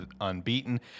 unbeaten